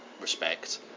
respect